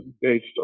based